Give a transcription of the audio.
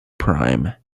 prime